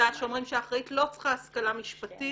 שאומרים שאחראית לא צריכה השכלה משפטית